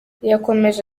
yakomeje